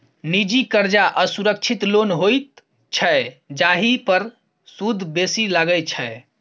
निजी करजा असुरक्षित लोन होइत छै जाहि पर सुद बेसी लगै छै